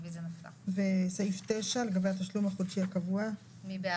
הצבעה